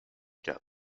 quatre